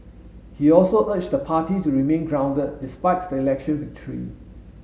he also urged the party to remain grounded despites the election victory